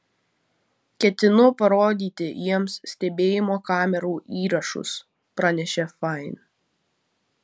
ketinu parodyti jiems stebėjimo kamerų įrašus pranešė fain